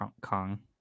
Kong